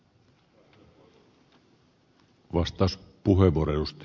herra puhemies